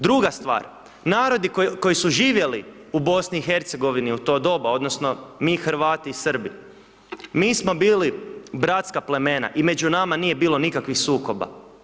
Druga stvar narodi koji su živjeli u BIH u to doba, odnosno mi Hrvati i Srbi, mi smo bili bratska plemena i među nama nije bilo nikakvih sukoba.